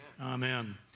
amen